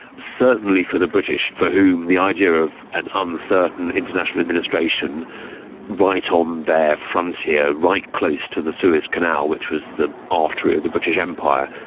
certainly for the british for whom the idea of an uncertain international administration right on their frontier, right close to the suez canal which was the artery of the british empire,